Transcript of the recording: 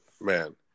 man